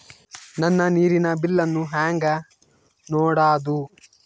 ನನ್ನ ನೇರಿನ ಬಿಲ್ಲನ್ನು ಹೆಂಗ ನೋಡದು?